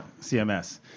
CMS